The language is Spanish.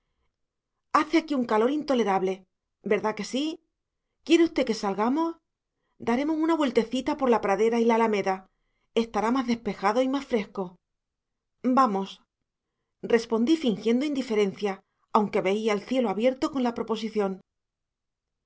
hace aquí un calor intolerable verdad que sí quiere usted que salgamos daremos una vueltecita por la pradera y la alameda estará más despejado y más fresco vamos respondí fingiendo indiferencia aunque veía el cielo abierto con la proposición